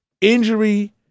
injury